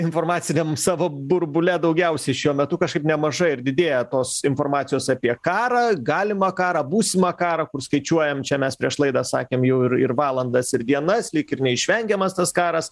informaciniam savo burbule daugiausiai šiuo metu kažkaip nemažai ir didėja tos informacijos apie karą galimą karą būsimą karą kur skaičiuojam čia mes prieš laidą sakėm jau ir ir valandas ir dienas lyg ir neišvengiamas tas karas